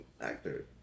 actor